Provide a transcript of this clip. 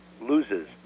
loses